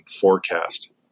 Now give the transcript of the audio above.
forecast